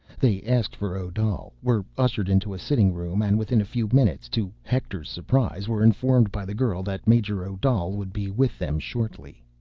they asked for odal, were ushered into a sitting room, and within a few minutes to hector's surprise were informed by the girl that major odal would be with them shortly.